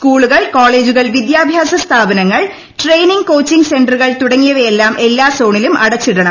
സ്കൂളുകൾ കോളേജുകൾ വിദ്യാഭ്യാസ സ്ഥാപനങ്ങൾ ട്രെയിനിങ് കോച്ചിങ് സെന്ററുകൾ തുടങ്ങിയവയെല്ലാം എല്ലാ സോണിലും അടച്ചിടണം